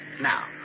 Now